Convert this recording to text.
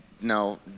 no